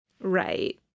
Right